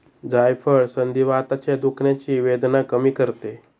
जायफळ संधिवाताच्या दुखण्याची वेदना कमी करते